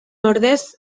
ordez